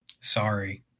Sorry